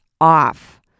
off